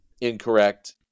incorrect